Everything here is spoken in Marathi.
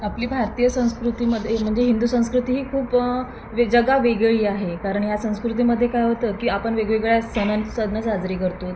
आपली भारतीय संस्कृतीमध्ये म्हणजे हिंदू संस्कृती ही खूप वे जगावेगळी आहे कारण या संस्कृतीमध्ये काय होतं की आपण वेगवेगळ्या सणां सण साजरे करतो